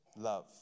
love